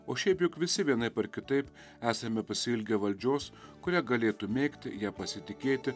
o šiaip juk visi vienaip ar kitaip esame pasiilgę valdžios kurią galėtų mėgti ją pasitikėti